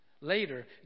Later